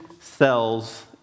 cells